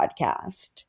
podcast